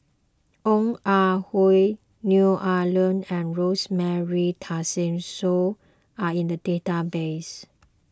Ong Ah Hoi Neo Ah Luan and Rosemary Tessensohn are in the database